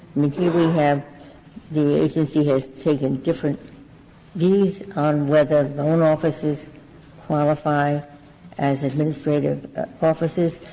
mean, here we have the agency has taken different views on whether loan offices qualify as administrative offices.